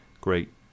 great